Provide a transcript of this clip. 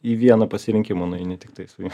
į vieną pasirinkimą nueini tiktai su juo